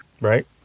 right